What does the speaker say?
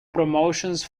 promotions